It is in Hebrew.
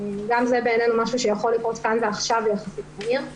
גם זה בעינינו משהו שיכול לקרות כאן ועכשיו יחסית מהר.